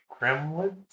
gremlins